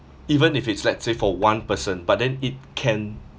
even if it's let's say for one person but then it can